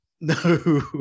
No